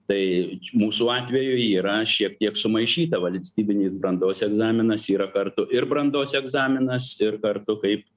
tai mūsų atveju yra šiek tiek sumaišyta valstybinis brandos egzaminas yra kartu ir brandos egzaminas ir kartu kaip